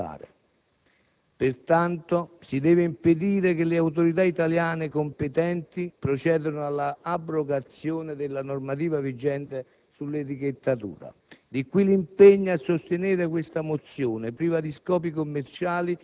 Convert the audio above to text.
di risalire alla collocazione geografica, nonché di poterli confrontare. Pertanto, si deve impedire che le autorità italiane competenti procedano alla abrogazione della normativa vigente in tema di etichettatura.